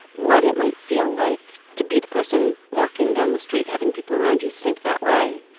what it might feel like to be the person walking down the street, having people around you think that way.